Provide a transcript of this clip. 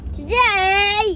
Today